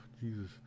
Jesus